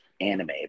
anime